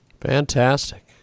Fantastic